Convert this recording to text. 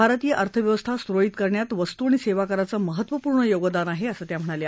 भारतीय अर्थव्यवस्था सुरळीत करण्यात वस्तू आणि सेवाकराचं महत्त्वपूर्ण योगदान आहे असं त्या म्हणाल्या